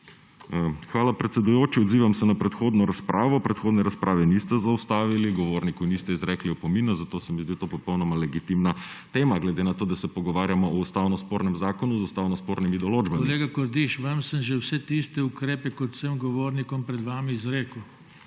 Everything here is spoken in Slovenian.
Hvala, predsedujoči. Odzivam se na predhodno razpravo. Predhodne razprave niste zaustavili, govorniku niste izrekli opomina, zato se mi zdi to popolnoma legitimna tema, glede na to, da se pogovarjamo o ustavnospornem zakonu z ustavnospornimi določbami. **PODPREDSEDNIK JOŽE TANKO:** Kolega Kordiš, vam sem že vse tiste ukrepe kot vsem govornikom pred vami izrekel